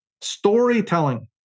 Storytelling